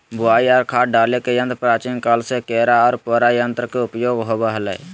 बुवाई आर खाद डाले के यंत्र प्राचीन काल से केरा आर पोरा यंत्र के उपयोग होवई हल